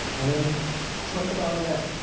and then triple down on that.